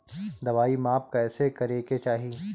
दवाई माप कैसे करेके चाही?